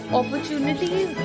opportunities